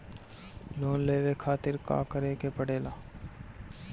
Loan लेवे के खातिर का करे के पड़ेला?